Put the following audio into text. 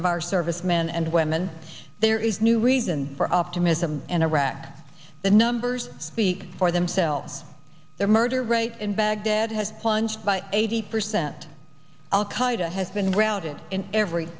of our servicemen and women there is new reason for optimism in iraq the numbers speak for themselves the murder rate in baghdad has plunged by eighty percent al qaida has been routed in every